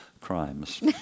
crimes